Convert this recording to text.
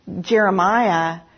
Jeremiah